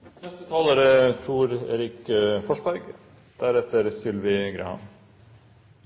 De Nav-ansatte lever etter store ambisjoner – våre vedtatte ambisjoner. Jeg tror det er